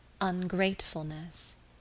ungratefulness